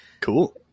Cool